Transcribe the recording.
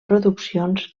produccions